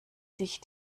sich